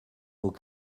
aux